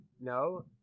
No